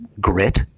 grit